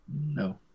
No